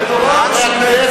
אתה רוצה בכסף,